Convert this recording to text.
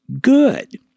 good